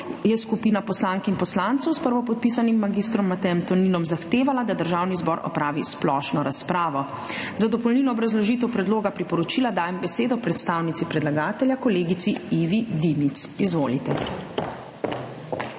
je skupina poslank in poslancev s prvopodpisanim mag. Matejem Toninom zahtevala, da Državni zbor opravi splošno razpravo. Za dopolnilno obrazložitev predloga priporočila dajem besedo predstavnici predlagatelja kolegici Ivi Dimic. Izvolite.